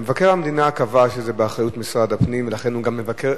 מבקר המדינה קבע שזה באחריות משרד הפנים ולכן הוא גם מבקר,